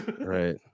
right